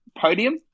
Podium